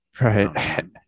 Right